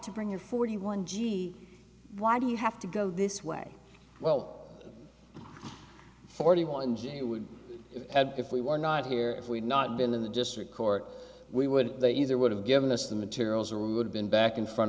to bring your forty one gee why do you have to go this way well forty one j would have if we were not here if we'd not been in the district court we would they either would have given us the materials or would have been back in front